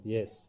Yes